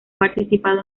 participado